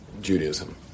Judaism